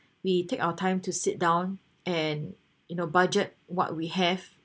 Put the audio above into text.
we take our time to sit down and you know budget what we have